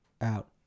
Out